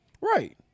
Right